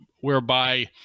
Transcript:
whereby